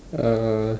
uh